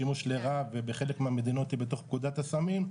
שימוש לרעה ובחלק מהמדינות היא בתוך פקודת הסמים,